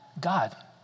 God